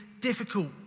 difficult